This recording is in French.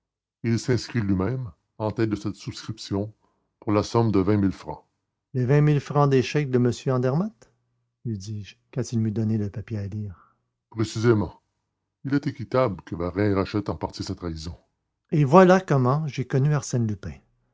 il s'inscrit lui-même en tête de cette souscription pour la somme de vingt mille francs les vingt mille francs des chèques de m andermatt lui dis-je quand il m'eut donné le papier à lire précisément il était équitable que varin rachetât en partie sa trahison et voilà comment j'ai connu arsène lupin